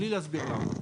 בלי להסביר למה.